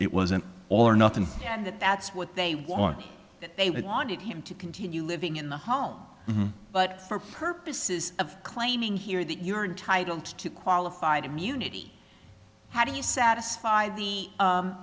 it was an all or nothing and that's what they want they wanted him to continue living in the home but for purposes of claiming here that you're entitle to qualified immunity how do you satisfy the